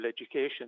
education